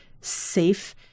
safe